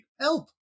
help